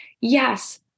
yes